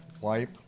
wipe